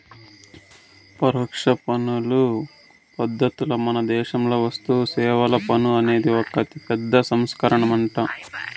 పరోక్ష పన్నుల పద్ధతిల మనదేశంలో వస్తుసేవల పన్ను అనేది ఒక అతిపెద్ద సంస్కరనంట